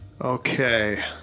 Okay